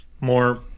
more